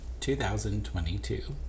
2022